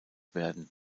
werden